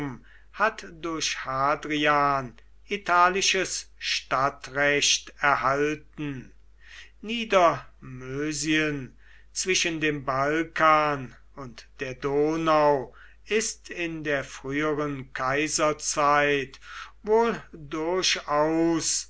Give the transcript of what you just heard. hat durch hadrian italisches stadtrecht erhalten niedermösien zwischen dem balkan und der donau ist in der früheren kaiserzeit wohl durchaus